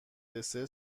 دسر